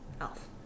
elf